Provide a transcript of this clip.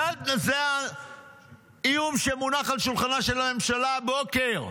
זה האיום שמונח על שולחנה של הממשלה הבוקר.